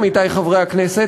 עמיתי חברי הכנסת,